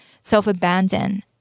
self-abandon